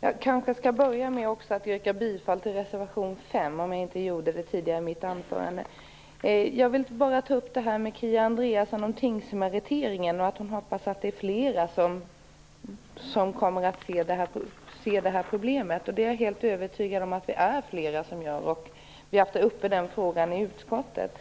Jag kanske skall börja med att yrka bifall till reservation 5 - om jag inte gjorde det tidigare i mitt anförande. Jag vill bara nämna tingsmeriteringen och att Kia Andreasson hoppas att fler kommer att se problemet. Jag är helt övertygad om att fler gör det. Vi har diskuterat frågan i utskottet.